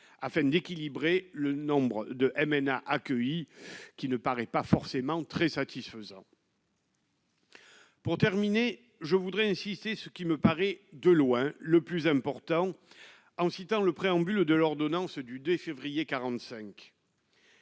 afin d'équilibrer le nombre de MNA accueilli qui ne paraît pas forcément très satisfaisant. Pour terminer, je voudrais insister ce qui me paraît de loin le plus important, en citant le préambule de l'ordonnance du 2 février 45.